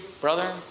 brother